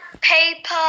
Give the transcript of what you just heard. paper